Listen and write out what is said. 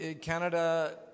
Canada